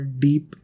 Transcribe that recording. deep